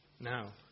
Now